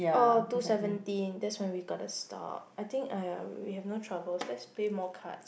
oh two seventeen that's when we got to stop and I think !aiya! we have no trouble let's play more cards